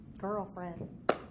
girlfriend